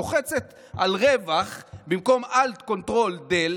לוחצת על רווח במקום Alt Control Del,